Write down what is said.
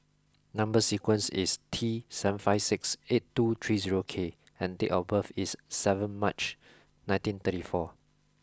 number sequence is T seven five six eight two three zero K and date of birth is seven March nineteen thirty four